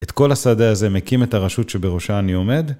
את כל השדה הזה מקים את הרשות שבראשה אני עומד.